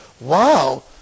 Wow